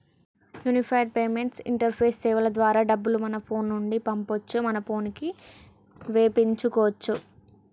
unified payments interface సేవల ద్వారా డబ్బులు మన ఫోను నుండి పంపొచ్చు మన పోనుకి వేపించుకోచ్చు